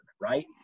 Right